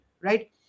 right